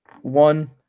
one